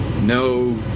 no